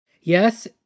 Yes